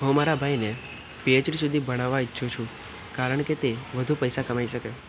હું મારા ભાઈને પીએચડી સુધી ભણાવવા ઈચ્છું છું કારણ કે તે વધુ પૈસા કમાઈ શકે